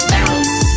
Bounce